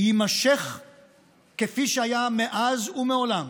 יימשך כפי שהיה מאז ומעולם.